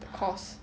course